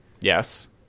Yes